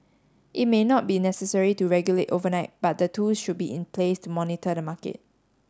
it may not be necessary to regulate overnight but the tools should be in place to monitor the market